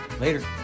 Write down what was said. Later